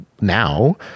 now